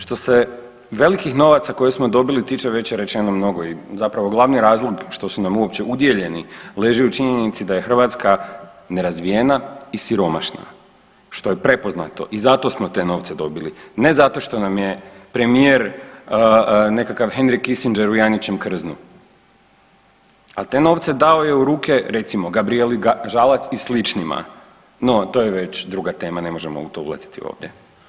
Što se velikih novaca koje smo dobili tiče već je rečeno mnogo i zapravo glavni razlog što su nam uopće udjeljeni leži u činjenici da je Hrvatska nerazvijena i siromaštva, što je prepoznato i zato smo te novce dobili, ne zato što nam je premijer nekakav Henry Kissinger u janjećem krznu, al te novce dao je u ruke recimo Gabrijeli Žalac i sličnima, no to je već druga tema, ne možemo u to ulaziti ovdje.